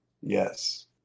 Yes